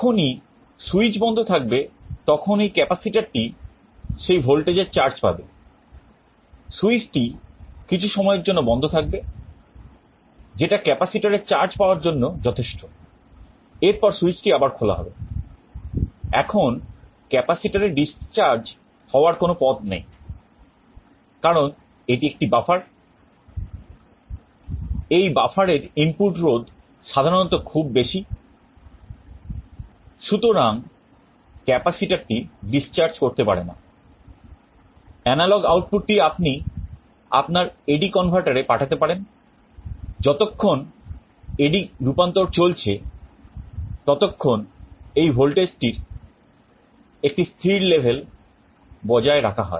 যখনই স্যুইচ বন্ধ থাকবে তখন এই ক্যাপাসিটার বজায় রাখা হয়